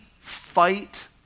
fight